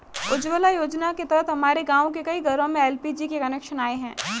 उज्ज्वला योजना के तहत हमारे गाँव के कई घरों में एल.पी.जी के कनेक्शन आए हैं